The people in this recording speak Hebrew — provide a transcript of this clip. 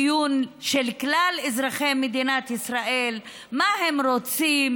דיון של כלל אזרחי מדינת ישראל: מה הם רוצים?